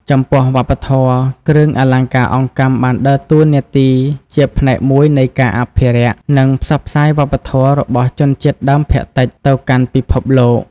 ចំពោះវប្បធម៌ គ្រឿងអលង្ការអង្កាំបានដើរតួនាទីជាផ្នែកមួយនៃការ អភិរក្ស និងផ្សព្វផ្សាយវប្បធម៌ របស់ជនជាតិដើមភាគតិចទៅកាន់ពិភពលោក។